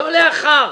לא לאחר.